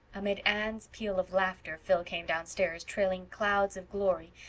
amid anne's peal of laughter phil came downstairs, trailing clouds of glory,